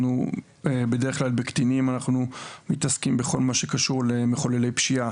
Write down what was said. בדרך כלל בקטינים אנחנו מתעסקים בכל מה שקשור למחוללי פשיעה